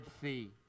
see